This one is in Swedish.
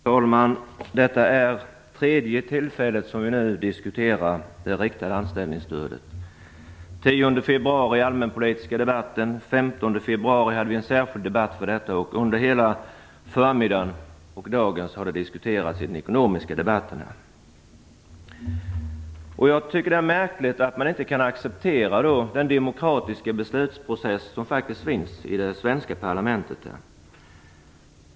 Herr talman! Detta är det tredje tillfället som vi nu diskuterar det riktade anställningsstödet. Vi diskuterade det den 10 februari, i den allmänpolitiska debatten. Den 15 februari hade vi en särskild debatt om det. Under hela dagen har det diskuterats i den ekonomiska debatten. Jag tycker att det är märkligt att man inte kan acceptera den demokratiska beslutsprocess som finns i det svenska parlamentet.